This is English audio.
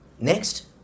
Next